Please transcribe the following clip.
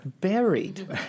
buried